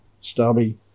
stubby